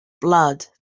blood